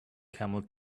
camel